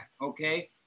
okay